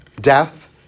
death